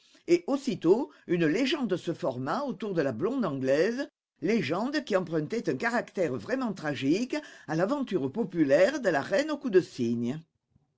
et aussitôt une légende se forma autour de la blonde anglaise légende qui empruntait un caractère vraiment tragique à l'aventure populaire de la reine au cou de cygne